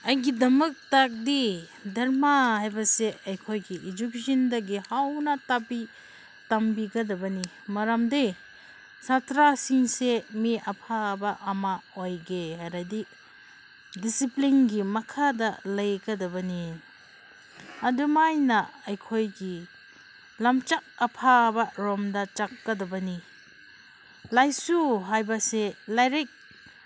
ꯑꯩꯒꯤꯗꯃꯛꯇꯗꯤ ꯙꯔꯃ ꯍꯥꯏꯕꯁꯦ ꯑꯩꯈꯣꯏꯒꯤ ꯏꯖꯨꯀꯦꯁꯟꯗꯒꯤ ꯍꯧꯅ ꯇꯥꯛꯄꯤ ꯇꯝꯕꯤꯒꯗꯕꯅꯤ ꯃꯔꯝꯗꯤ ꯁꯥꯇ꯭ꯔꯁꯤꯡꯁꯦ ꯃꯤ ꯑꯐꯕ ꯑꯃ ꯑꯣꯏꯒꯦ ꯍꯥꯏꯔꯗꯤ ꯗꯤꯁꯤꯄ꯭ꯂꯤꯟꯒꯤ ꯃꯈꯥꯗ ꯂꯩꯒꯗꯕꯅꯤ ꯑꯗꯨ ꯃꯥꯏꯅ ꯑꯩꯈꯣꯏꯒꯤ ꯂꯝꯆꯠ ꯑꯐꯕꯔꯣꯝꯗ ꯆꯠꯀꯗꯕꯅꯤ ꯂꯥꯏꯁꯨ ꯍꯥꯏꯕꯁꯦ ꯂꯥꯏꯔꯤꯛ